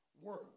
word